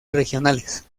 regionales